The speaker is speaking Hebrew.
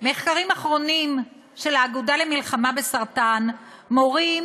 מחקרים אחרונים של האגודה למלחמה בסרטן מורים